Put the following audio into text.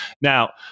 Now